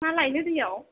मा लायनो दैआव